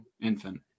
infant